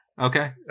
Okay